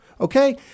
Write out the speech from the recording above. okay